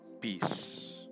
peace